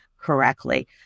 correctly